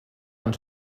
ens